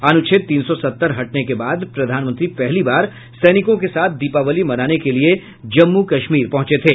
अनुच्छेद तीन सौ सत्तर हटने के बाद प्रधानमंत्री पहली बार सैनिकों के साथ दीपावली मनाने के लिए जम्मू कश्मीर पहुंचे थे